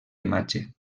imatge